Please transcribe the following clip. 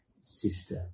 sister